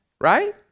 Right